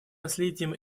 наследием